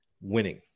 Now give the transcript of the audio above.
Winning